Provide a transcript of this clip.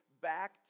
back